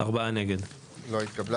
הצבעה בעד 3 נגד 4 ההסתייגות לא התקבלה.